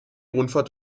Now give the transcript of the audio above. rundfahrt